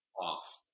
off